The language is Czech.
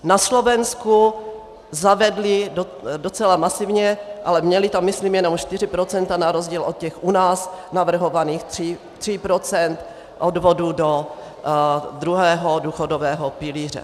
Na Slovensku zavedli docela masivně ale měli tam myslím jenom 4 procenta na rozdíl od těch u nás navrhovaných 3 procent odvodů do druhého důchodového pilíře.